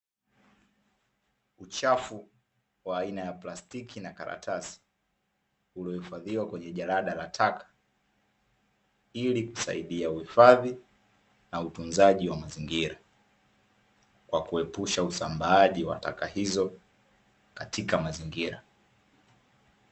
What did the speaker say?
Uchafu wa aina ya plastiki na karatasi uliohifadhiwa kwenye jarada la taka, ili kusaidia uhifadhi na utunzaji wa mazingira, kwa kuepusha usambaaji wa taka hizo katika mazingira.